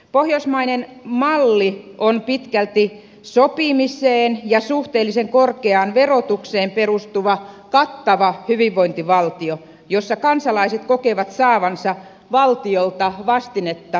pohjoismainen malli on pitkälti sopimiseen ja suhteellisen korkeaan verotukseen perustuva kattava hyvinvointivaltio jossa kansalaiset kokevat saavansa valtiolta vastinetta verorahoilleen